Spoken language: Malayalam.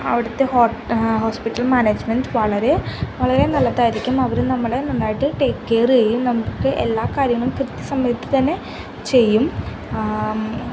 അവിടുത്തെ ഹോസ്പിറ്റൽ മാനേജ്മെൻറ്റ് വളരെ വളരെ നല്ലതായിരിക്കും അവര് നമ്മളെ നന്നായിട്ട് ടേക്ക് കെയര് ചെയ്യും നമുക്ക് എല്ലാ കാര്യങ്ങളും കൃത്യസമയത്ത് തന്നെ ചെയ്യും